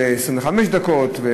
של 25 דקות,